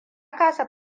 kasa